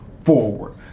forward